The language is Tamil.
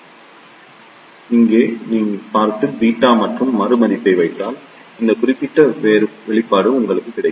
எனவே நீங்கள் இங்கே பார்த்து 𝛽 மற்றும் மறு மதிப்பை வைத்தால் இந்த குறிப்பிட்ட வெளிப்பாடு உங்களுக்கு கிடைக்கும்